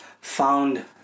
found